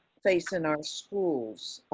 face in our schools.